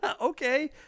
okay